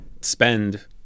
spend